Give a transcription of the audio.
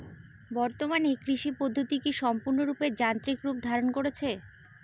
বর্তমানে কৃষি পদ্ধতি কি সম্পূর্ণরূপে যান্ত্রিক রূপ ধারণ করেছে?